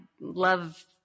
love